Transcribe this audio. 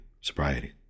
sobriety